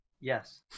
yes